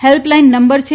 help line number છે